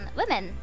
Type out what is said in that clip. Women